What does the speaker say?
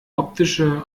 optische